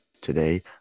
today